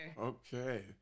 okay